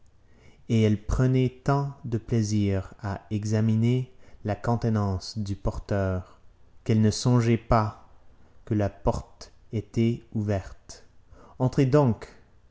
et elle prenait tant de plaisir à examiner la contenance du porteur qu'elle ne songeait pas que la porte était ouverte entrez donc